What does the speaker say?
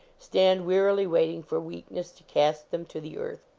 stand wearily waiting for weak ness to cast them to the earth.